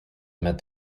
met